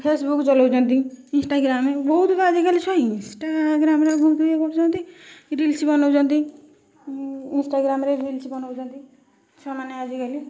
Facebook ଚଲାଉଛନ୍ତି Instagram ବହୁତ ଆଜିକାଲି ଛୁଆ ଇନ୍ସଟାଗ୍ରାମ ରେ ବହୁତ ୟେ କରୁଛନ୍ତି ରିଲସ୍ ବନଉଛନ୍ତି ଇନ୍ସଟାଗ୍ରାମ ରେ ରିଲସ୍ ବନଉଛନ୍ତି ଛୁଆମାନେ ଆଜିକାଲି